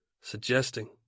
suggesting